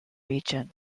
region